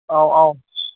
औ औ